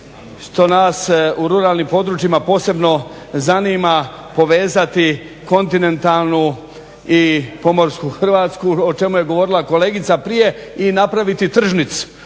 što nas u ruralnim područjima posebno zanima povezati kontinentalnu i pomorsku Hrvatsku o čemu je govorila kolegica prije i napraviti tržnicu